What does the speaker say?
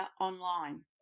online